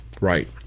Right